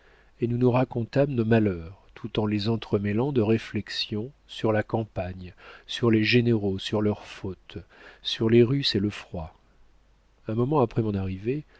et nous nous racontâmes nos malheurs tout en les entremêlant de réflexions sur la campagne sur les généraux sur leurs fautes sur les russes et le froid un moment après mon arrivée